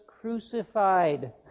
crucified